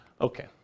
Okay